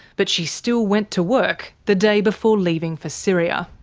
but she still went to work the day before leaving for syria.